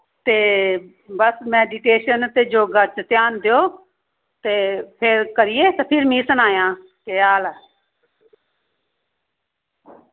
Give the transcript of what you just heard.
ते बस मैडिटेशन ते जोगा च ध्यान देओ ते फिर करियै ते फिर मिगी सनायां केह् हाल ऐ